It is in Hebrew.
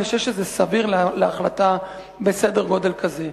אני חושב שזה סביר להחלטה בסדר גודל כזה.